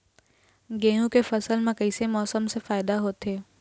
गेहूं के फसल म कइसे मौसम से फायदा होथे?